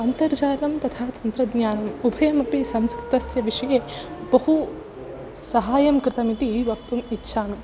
अन्तर्जालं तथा तन्त्रज्ञानम् उभयमपि संस्कृतस्य विषये बहु साहाय्यं कृतमिति वक्तुं इच्छामि